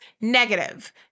negative